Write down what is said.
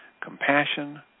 compassion